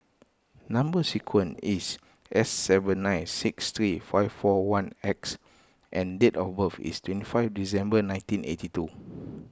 Number Sequence is S seven nine six three five four one X and date of birth is twenty five December nineteen eighty two